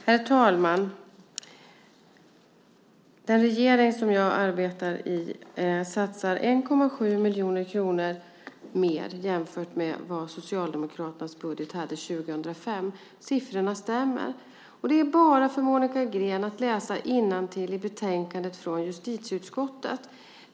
Herr talman! Den regering som jag arbetar i satsar 1,7 miljarder kronor mer än vad Socialdemokraternas budget hade 2005. Siffrorna stämmer. Det är bara för Monica Green att läsa innantill i betänkandet från justitieutskottet.